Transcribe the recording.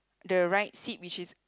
the right seat which is